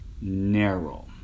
narrow